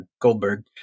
Goldberg